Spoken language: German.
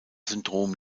syndrom